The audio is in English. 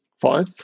fine